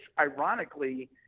ironically